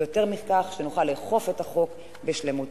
ויותר מכך, שנוכל לאכוף את החוק בשלמותו.